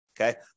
Okay